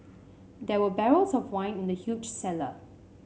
there were barrels of wine in the huge cellar